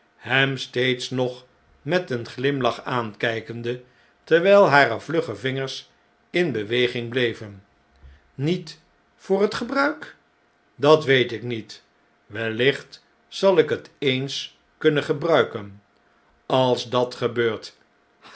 hem steeds nog met een glimlach aankjjkende terwjjl hare vlugge vingers in beweging bleven niet voor het gebruik dat weet ik niet wellicht zal ik het eens kunnen gebruiken als dat gebeurt